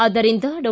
ಆದ್ದರಿಂದ ಡಾ